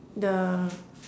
the